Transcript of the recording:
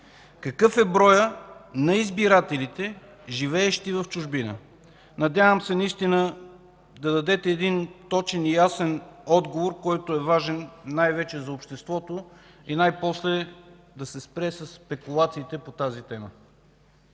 Какъв е броят на избирателите, живеещи в чужбина? Надявам се наистина да дадете точен и ясен отговор, който е важен най-вече за обществото и най-после да се спре със спекулациите по тази тема.